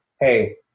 hey